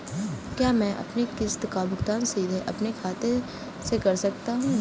क्या मैं अपनी किश्त का भुगतान सीधे अपने खाते से कर सकता हूँ?